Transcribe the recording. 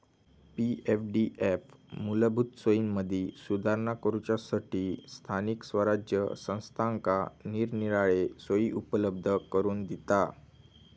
पी.एफडीएफ मूलभूत सोयींमदी सुधारणा करूच्यासठी स्थानिक स्वराज्य संस्थांका निरनिराळे सोयी उपलब्ध करून दिता